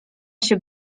się